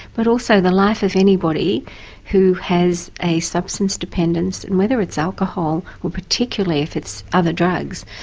but also the life of anybody who has a substance dependence, and whether it's alcohol or particularly if it's other drugs,